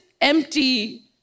empty